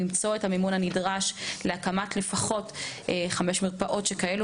למצוא את המימון הנדרש לטובת הקמה של לפחות חמש מרפאות כאלה,